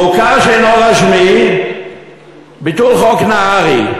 מוכר שאינו רשמי, ביטול חוק נהרי.